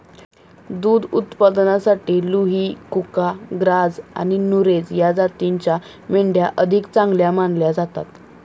दुध उत्पादनासाठी लुही, कुका, ग्राझ आणि नुरेझ या जातींच्या मेंढ्या अधिक चांगल्या मानल्या जातात